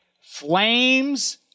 Flames